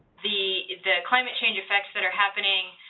the the climate change affects that are happening,